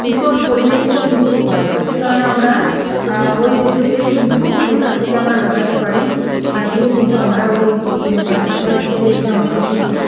শীতল পরিবেশও কিন্তু হয় তো সে কারণে আমরা ওই ঋতুতে কিন্তু ওই গাছকে আমরা লাগাতে পারি লাগিয়ে কিন্তু আমরা ওই গাছের ছায়ায় কিন্তু এসে আমাদের কিন্তু